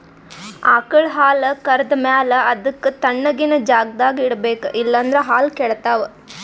ಆಕಳ್ ಹಾಲ್ ಕರ್ದ್ ಮ್ಯಾಲ ಅದಕ್ಕ್ ತಣ್ಣಗಿನ್ ಜಾಗ್ದಾಗ್ ಇಡ್ಬೇಕ್ ಇಲ್ಲಂದ್ರ ಹಾಲ್ ಕೆಡ್ತಾವ್